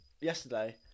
yesterday